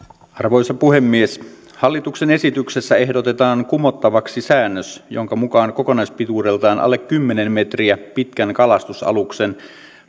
arvoisa puhemies hallituksen esityksessä ehdotetaan kumottavaksi säännös jonka mukaan kokonaispituudeltaan alle kymmenen metriä pitkän kalastusaluksen